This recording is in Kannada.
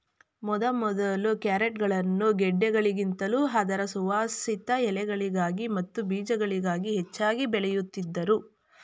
ಮೊದಮೊದಲು ಕ್ಯಾರೆಟ್ಗಳನ್ನು ಗೆಡ್ಡೆಗಳಿಗಿಂತಲೂ ಅದರ ಸುವಾಸಿತ ಎಲೆಗಳಿಗಾಗಿ ಮತ್ತು ಬೀಜಗಳಿಗಾಗಿ ಹೆಚ್ಚಾಗಿ ಬೆಳೆಯುತ್ತಿದ್ದರು